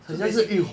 so basically